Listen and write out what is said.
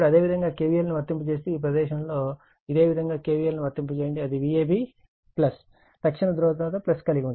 ఇప్పుడు అదేవిధంగా kvl ను వర్తింపజేస్తే ఈ ప్రదేశంలో ఇదే విధంగా kvl ను వర్తింప జేయండి అది Vab తక్షణ ధ్రువణత కలిగి ఉంది